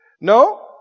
No